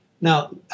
now